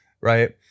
Right